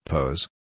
Pose